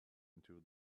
into